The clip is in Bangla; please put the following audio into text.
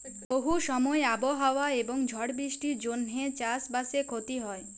বহু সময় আবহাওয়া এবং ঝড় বৃষ্টির জনহে চাস বাসে ক্ষতি হয়